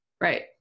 Right